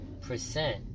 percent